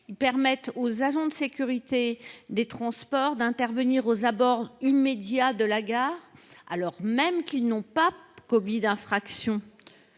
en permettant aux agents de sécurité des transports d’intervenir aux abords immédiats de la gare, alors même qu’aucune infraction